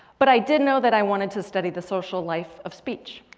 but i did know that i wanted to study the social life of speech.